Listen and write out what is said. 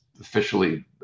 officially